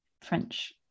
french